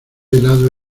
helado